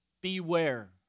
Beware